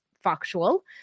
factual